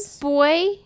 boy